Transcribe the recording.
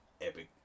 epic